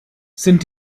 sind